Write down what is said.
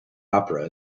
opera